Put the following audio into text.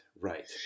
Right